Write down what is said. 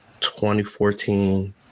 2014